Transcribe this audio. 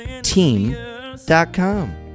Team.com